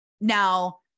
Now